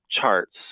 charts